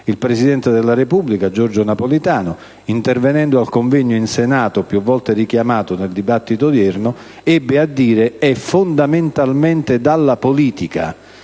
il presidente della Repubblica Giorgio Napolitano, intervenendo al convegno in Senato, più volte richiamato nel dibattito odierno, ebbe a dire: «È fondamentalmente dalla politica